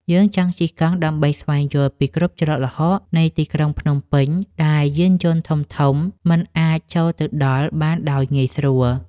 យើងជិះកង់ដើម្បីស្វែងយល់ពីគ្រប់ច្រកល្ហកនៃទីក្រុងភ្នំពេញ ដែលយានយន្តធំៗមិនអាចចូលទៅដល់បានដោយងាយស្រួល។